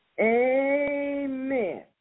Amen